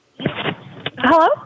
Hello